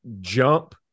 jump